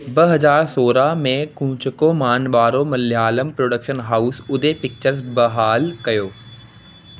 ॿ हज़ार सोरहं में कुंचको मानवारो Malayalam production house Uday pictures बहालु कयो